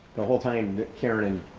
the whole time that karin,